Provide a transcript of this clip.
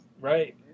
Right